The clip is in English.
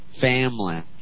family